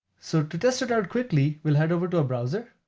so to test it out quickly, we'll head over to a browser,